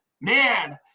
man